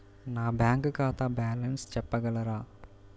నా బ్యాంక్ ఖాతా బ్యాలెన్స్ చెప్పగలరా?